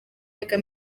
reka